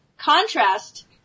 contrast